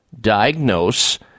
diagnose